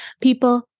People